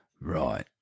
Right